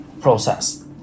process